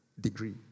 degree